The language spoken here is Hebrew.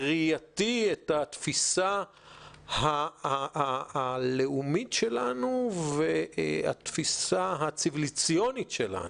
בראייתי את התפיסה הלאומית שלנו והתפיסה הציוויליזציונית שלנו,